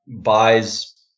buys